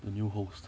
the new host